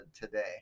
today